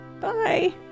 Bye